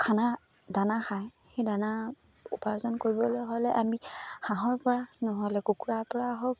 খানা দানা খায় সেই দানা উপাৰ্জন কৰিবলৈ হ'লে আমি হাঁহৰপৰা নহ'লে কুকুৰাৰপৰা হওক